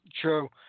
True